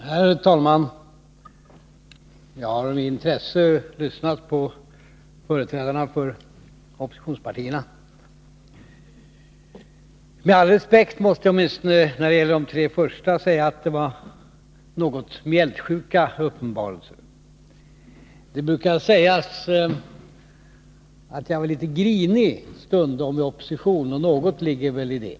Herr talman! Jag har med intresse lyssnat på företrädarna för oppositionspartierna. Med all respekt måste jag, åtminstone om de tre första, säga att de var något mjältsjuka uppenbarelser. Det brukar sägas att jag i opposition stundom var litet grinig, och något ligger det väl i det.